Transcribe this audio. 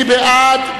מי בעד?